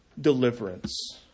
deliverance